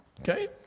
Okay